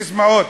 בססמאות.